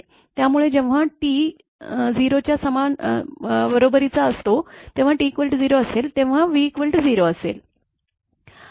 त्यामुळे जेव्हा t 0 च्या बरोबरीचा असतो तेव्हा t0 असतो तेव्हा v0 असते